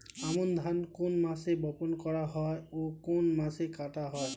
আমন ধান কোন মাসে বপন করা হয় ও কোন মাসে কাটা হয়?